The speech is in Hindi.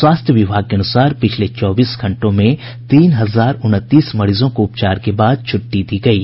स्वास्थ्य विभाग के अनुसार पिछले चौबीस घंटों में तीन हजार उनतीस मरीजों को उपचार के बाद छुट्टी दी गयी